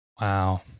Wow